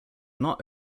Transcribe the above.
not